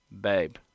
babe